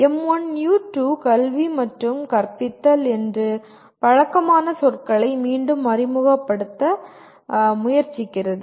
M1U2 கல்வி மற்றும் கற்பித்தல் என்ற பழக்கமான சொற்களை மீண்டும் அறிமுகப்படுத்த முயற்சிக்கிறது